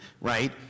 right